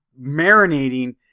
marinating